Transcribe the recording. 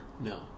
No